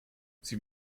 sie